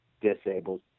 disabled